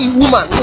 woman